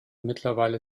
mittlerweile